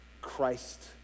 Christ